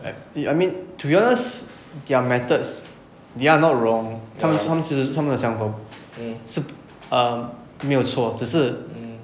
like I mean to be honest their methods they are not wrong 他们他们只是他们的想法是 err 没有错只是